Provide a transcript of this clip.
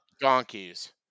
Donkeys